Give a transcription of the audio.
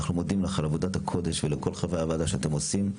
אנחנו מודים לך על עבודת הקודש ולכל חברי הוועדה שאתם עושים.